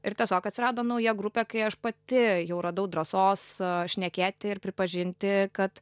ir tiesiog atsirado nauja grupė kai aš pati jau radau drąsos šnekėti ir pripažinti kad